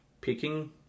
picking